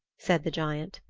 said the giant.